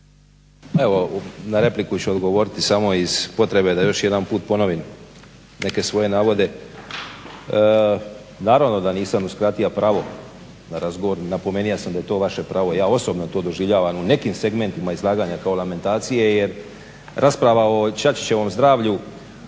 Na repliku ću odgovoriti samo iz potrebe da još jedanput ponovim neke svoje navode. Naravno da nisam uskratio pravo na razgovor, napomenuo sam da je to vaše pravo, ja osobno to doživljavam u nekim segmentima izlaganja kao lamentacije jer rasprava o Čačićevom zdravlju